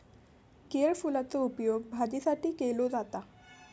केळफुलाचो उपयोग भाजीसाठी केलो जाता